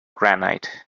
granite